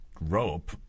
rope